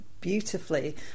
beautifully